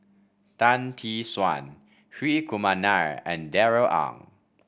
Tan Tee Suan Hri Kumar Nair and Darrell Ang